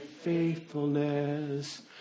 faithfulness